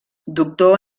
doctor